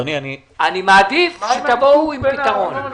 אני מעדיף שתבואו עם פתרון.